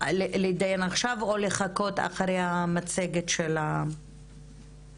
עכשיו או לחכות ולדבר אחרי המצגת של הארגונים.